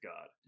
God